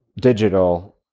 digital